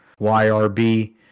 YRB